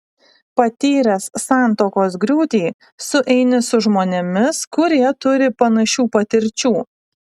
patyręs santuokos griūtį sueini su žmonėmis kurie turi panašių patirčių